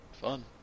Fun